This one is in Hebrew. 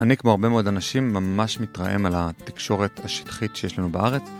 אני כמו הרבה מאוד אנשים ממש מתרעם על התקשורת השטחית שיש לנו בארץ.